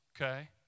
okay